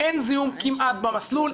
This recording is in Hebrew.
אין זיהום כמעט במסלול,